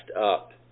up